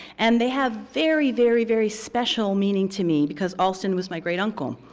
and they have very, very, very special meaning to me because alston was my great-uncle.